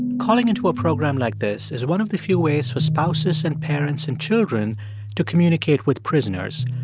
calling into a program like this is one of the few ways for spouses and parents and children to communicate with prisoners,